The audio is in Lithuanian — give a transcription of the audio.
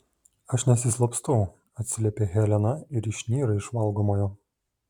aš nesislapstau atsiliepia helena ir išnyra iš valgomojo